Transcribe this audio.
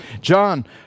John